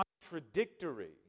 contradictory